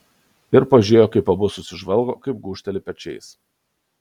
ir pažiūrėjo kaip abu susižvalgo kaip gūžteli pečiais